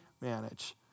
manage